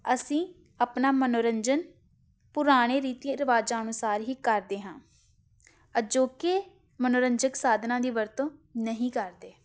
ਅਸੀਂ ਆਪਣਾ ਮਨੋਰੰਜਨ ਪੁਰਾਣੇ ਰੀਤੀ ਰਿਵਾਜ਼ਾਂ ਅਨੁਸਾਰ ਹੀ ਕਰਦੇ ਹਾਂ ਅਜੋਕੇ ਮਨੋਰੰਜਕ ਸਾਧਨਾ ਦੀ ਵਰਤੋਂ ਨਹੀਂ ਕਰਦੇ